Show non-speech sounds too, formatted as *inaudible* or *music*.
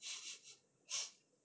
*laughs*